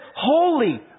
holy